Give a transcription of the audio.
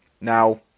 Now